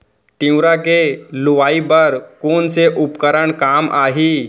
तिंवरा के लुआई बर कोन से उपकरण काम आही?